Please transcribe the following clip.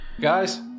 Guys